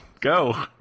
go